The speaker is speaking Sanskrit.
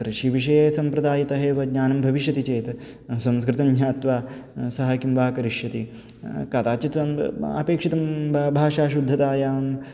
कृषिविषये सम्प्रदायितः एव ज्ञानं भविष्यति चेत् संस्कृतं ज्ञात्वा सः किं वा करिष्यति कदाचित् अपेक्षितं वा भाषाशुद्धतायाम्